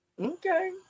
Okay